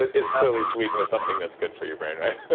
it's clearly sweetened with something that's good for your brain, right?